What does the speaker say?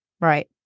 Right